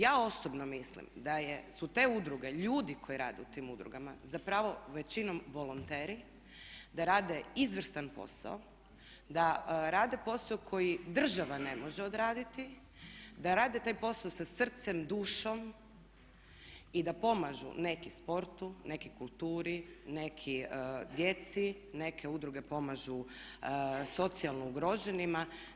Ja osobno mislim da su te udruge, ljudi koji rade u tim udrugama zapravo većinom volonteri, da rade izvrstan posao, da rade posao koji država ne može odraditi, da rade taj posao sa srcem, dušom i da pomažu neki sportu, neki kulturi, neki djeci, neke udruge pomažu socijalno ugroženima.